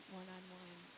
one-on-one